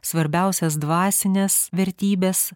svarbiausias dvasines vertybes